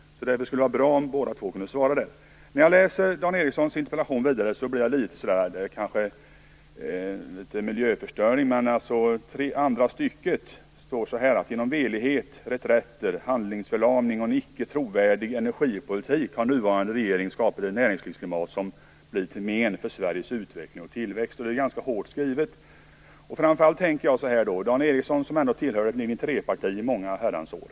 Därför skulle det vara bra om ni svarade på den. I andra stycket i Dan Ericssons interpellation står det så här: "Genom velighet, reträtter, handlingsförlamning och en icke trovärdig energipolitik har nuvarande regering skapat ett näringslivsklimat som blir till men för Sveriges utveckling och tillväxt." Det är ganska hårt skrivet. Då tänker jag så här. Dan Ericsson har tillhört ett linje-3-parti i många Herrans år.